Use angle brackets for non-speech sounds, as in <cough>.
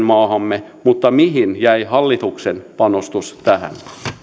<unintelligible> maahamme mutta mihin jäi hallituksen panostus tähän